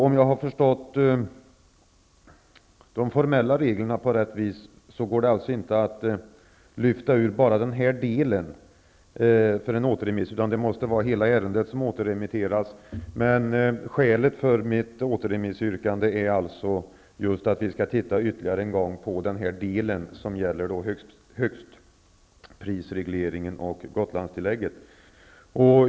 Om jag har förstått de formella reglerna rätt, kan man inte bara lyfta ut den här delen för en återremiss utan hela ärendet måste återremiteras. Skälet till mitt återremissyrkande är att vi än en gång skall studera den del som gäller högstprisregleringen och Gotlandstillägget.